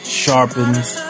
sharpens